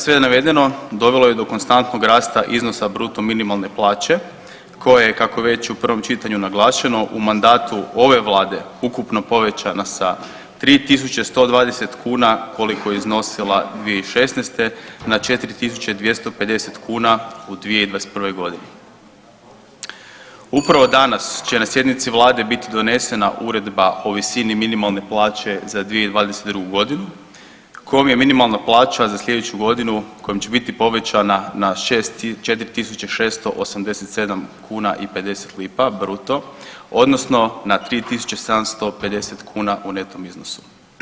Sve navedeno dovelo je do konstantnog rasta iznosa bruto minimalne plaće koje je kako je već u prvom čitanju naglašeno u mandatu ove vlade ukupno povećana sa 3.120 kuna koliko je iznosila 2016. na 4.250 kuna u 2021.g. Upravo danas će na sjednici vlade biti donesena Uredba o visini minimalne plaće za 2022.g. kom je minimalna plaća za slijedeću godinu kojem će biti povećana na 4.687 kuna i 50 lipa bruto odnosno na 3.750 kuna u neto iznosu.